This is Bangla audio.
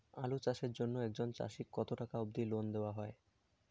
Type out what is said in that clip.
আলু চাষের জন্য একজন চাষীক কতো টাকা অব্দি লোন দেওয়া হয়?